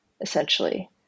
essentially